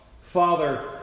Father